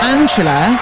Angela